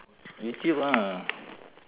youtube ah